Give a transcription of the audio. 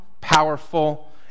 powerful